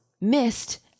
missed